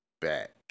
back